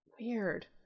Weird